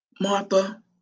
Martha